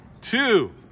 two